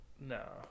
No